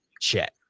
chat